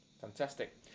Fantastic